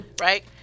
Right